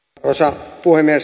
arvoisa puhemies